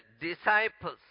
disciples